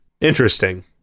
Interesting